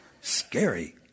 Scary